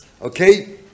Okay